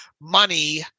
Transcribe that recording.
money